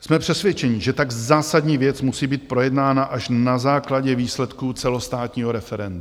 Jsme přesvědčeni, že tak zásadní věc musí být projednána až na základě výsledků celostátního referenda.